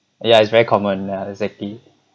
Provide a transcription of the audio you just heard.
ya it's very common lah exactly